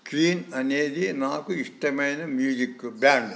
queen అనేది నాకు ఇష్టమైన మ్యూజిక్ బ్యాండ్